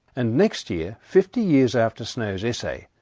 and next year, fifty years after snow's essay,